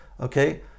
okay